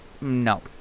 no